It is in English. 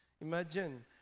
Imagine